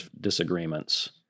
disagreements